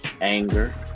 anger